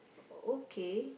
okay